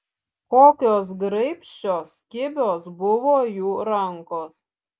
kokios graibščios kibios buvo jų rankos